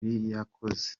yakoze